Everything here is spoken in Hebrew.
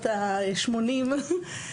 השקפת עולמו,